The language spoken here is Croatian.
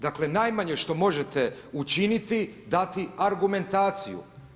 Dakle najmanje što možete učiniti dati argumentaciju.